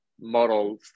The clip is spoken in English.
model